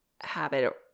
habit